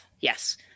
yes